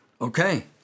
Okay